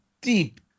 deep